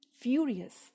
Furious